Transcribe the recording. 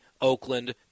Oakland